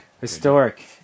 Historic